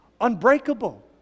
unbreakable